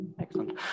Excellent